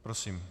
Prosím.